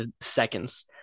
seconds